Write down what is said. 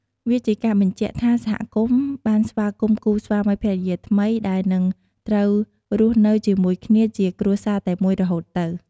វាជាការបញ្ជាក់ថាសហគមន៍បានស្វាគមន៍គូស្វាមីភរិយាថ្មីដែលនឹងត្រូវរស់នៅជាមួយគ្នាជាគ្រួសារតែមួយរហូតទៅ។